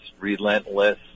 relentless